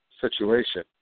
situation